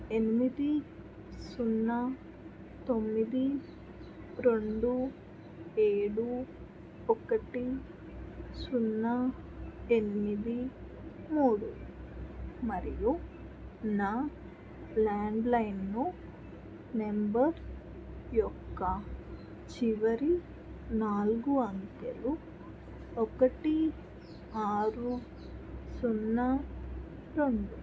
ఎనిమిది సున్నా తొమ్మిది రెండు ఏడు ఒకటి సున్నా ఎనిమిది మూడు మరియు నా ల్యాండ్లైన్ నంబర్ యొక్క చివరి నాలుగు అంకెలు ఒకటి ఆరు సున్నా రెండు